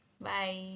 Bye